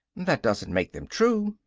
that doesn't make them true.